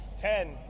Ten